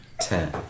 Ten